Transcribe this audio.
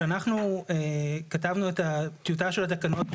כשאנחנו כתבנו את הטיוטה של התקנות,